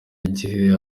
igihe